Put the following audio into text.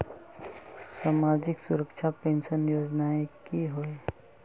सामाजिक सुरक्षा पेंशन योजनाएँ की होय?